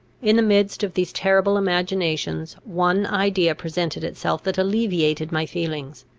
in the midst of these terrible imaginations, one idea presented itself that alleviated my feelings.